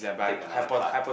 take another card